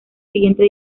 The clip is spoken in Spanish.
siguiente